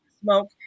smoke